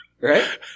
right